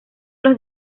los